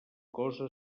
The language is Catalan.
cosa